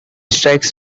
strikes